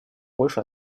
больше